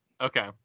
Okay